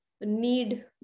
need